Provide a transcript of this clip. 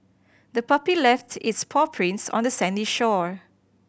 the puppy left its paw prints on the sandy shore